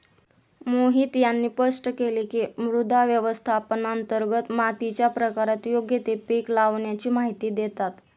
मोहित यांनी स्पष्ट केले की, मृदा व्यवस्थापनांतर्गत मातीच्या प्रकारात योग्य ते पीक लावाण्याची माहिती देतात